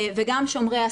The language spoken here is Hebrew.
וגם שומרי הסף.